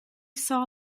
saw